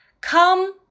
come